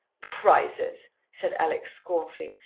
prizes! said alex scornfully.